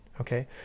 Okay